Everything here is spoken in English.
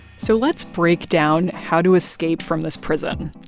so let's break down how to escape from this prison.